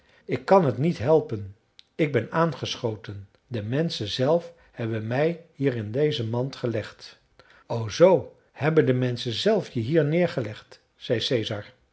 ik kan het niet helpen ik ben aangeschoten de menschen zelf hebben mij hier in deze mand gelegd o zoo hebben de menschen zelf je hier neergelegd zei